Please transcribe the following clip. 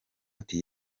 ati